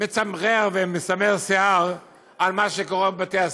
מצמרר ומסמר שיער, מה שקורה בבתי הספר.